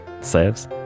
Saves